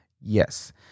Yes